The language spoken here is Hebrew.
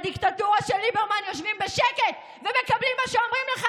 בדיקטטורה של ליברמן יושבים בשקט ומקבלים מה שאומרים לך